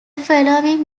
following